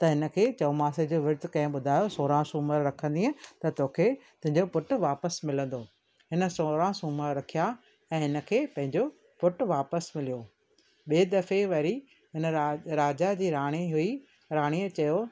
त हिन खे चौमासे जो विर्तु कंहिं ॿुधायो सोरहं सूमर रखंदीअ त तोखे तुंहिंजो पुटु वापसि मिलंदो हिन सोरहं सूमर रखिया ऐं इनखे पंहिंजो पुटु वापसि मिलियो ॿिए दफ़े वरी उन राजा जी राणी हुई राणीअ चयो